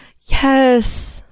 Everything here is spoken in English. Yes